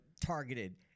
targeted